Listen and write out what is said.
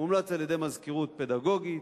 מומלץ על-ידי מזכירות פדגוגית.